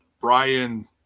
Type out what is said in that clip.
Brian